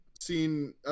seen